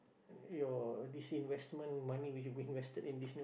your this investment money which you invested in this new